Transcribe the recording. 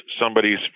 somebody's